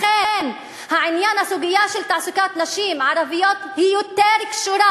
לכן הסוגיה של תעסוקת נשים ערביות יותר קשורה